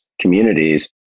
communities